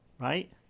right